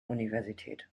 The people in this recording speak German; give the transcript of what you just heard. universität